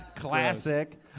Classic